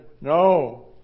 No